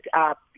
up